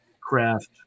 craft